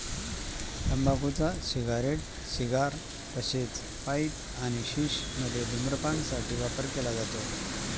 तंबाखूचा cigarette, cigar तसेच pipe आणि शिश मध्ये धूम्रपान साठी वापर केला जातो